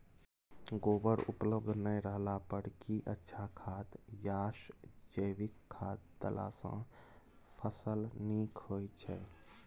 गोबर उपलब्ध नय रहला पर की अच्छा खाद याषजैविक खाद देला सॅ फस ल नीक होय छै?